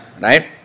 right